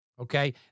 okay